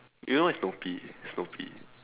you know what is Snoopy Snoopy